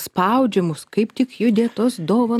spaudžia mus kaip tik judėt tos dova